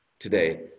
today